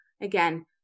Again